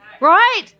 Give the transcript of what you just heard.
right